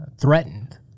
threatened